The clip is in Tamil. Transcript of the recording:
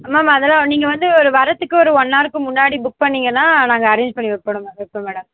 மேம் அதெல்லாம் நீங்கள் வந்து வர்றதுக்கு ஒரு ஒன் அவர்க்கு முன்னாடி புக் பண்ணீங்கன்னால் நாங்கள் அரேஞ் பண்ணி வைப்பேனுங்க வைப்பேன் மேடம்